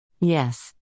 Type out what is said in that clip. Yes